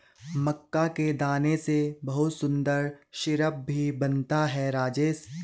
मक्का के दाने से बहुत सुंदर सिरप भी बनता है राजेश